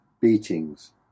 beatings